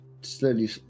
slowly